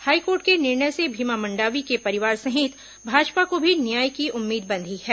high court के निर्णय से भीमा मंडावी के परिवार सहित भाजपा को भी न्याय की उम्मीद बंधी है